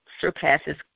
surpasses